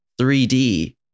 3D